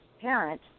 parent